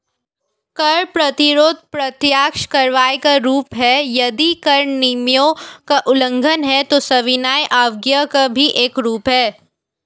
कर प्रतिरोध प्रत्यक्ष कार्रवाई का रूप है, यदि कर नियमों का उल्लंघन है, तो सविनय अवज्ञा का भी एक रूप है